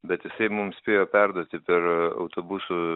bet jisai mum spėjo perduoti per autobusų